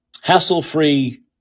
hassle-free